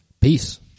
peace